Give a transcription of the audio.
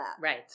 Right